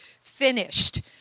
finished